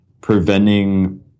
preventing